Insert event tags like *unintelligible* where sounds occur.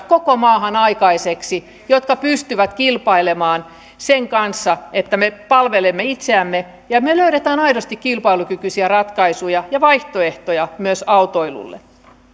*unintelligible* koko maahan aikaiseksi sellaisia palveluita jotka pystyvät kilpailemaan sen kanssa että me palvelemme itseämme ja löydämme aidosti kilpailukykyisiä ratkaisuja ja vaihtoehtoja myös autoilulle